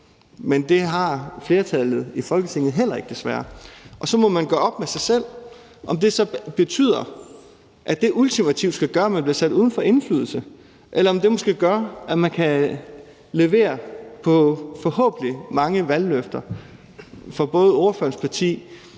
men det har flertallet i Folketinget heller ikke, desværre. Og så må man gøre op med sig selv, om det så betyder, at det ultimativt skal gøre, at man bliver sat uden for indflydelse, eller om det måske betyder, at man kan levere på forhåbentlig mange valgløfter fra både spørgerens parti,